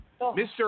Mr